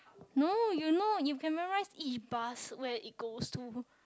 no you know you familiarize E buzz where it goes to